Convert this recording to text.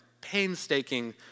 Painstaking